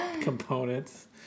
components